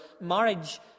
marriage